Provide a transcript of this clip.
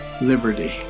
liberty